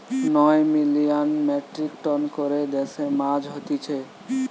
নয় million metric ton করে দেশে মাছ হতিছে